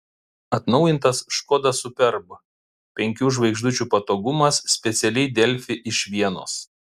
atnaujintas škoda superb penkių žvaigždučių patogumas specialiai delfi iš vienos